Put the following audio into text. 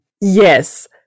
Yes